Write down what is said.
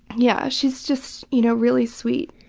yeah she's just you know really sweet